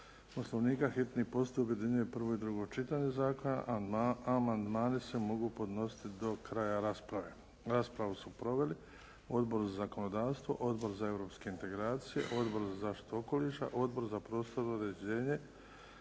Poslovnika hitni postupak objedinjuje prvo i drugo čitanje zakona. Amandmani se mogu podnositi do kraja rasprave. Raspravu su proveli Odbor za zakonodavstvo, Odbor za europske integracije, Odbor za zaštitu okoliša, Odbor za prostorno uređenje